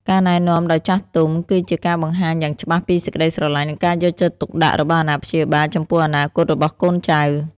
ការណែនាំដោយចាស់ទុំគឺជាការបង្ហាញយ៉ាងច្បាស់ពីសេចក្ដីស្រឡាញ់ និងការយកចិត្តទុកដាក់របស់អាណាព្យាបាល ចំពោះអនាគតរបស់កូនចៅ។